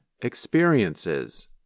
experiences